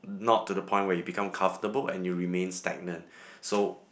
not to the point where you become comfortable and you remain stagnant so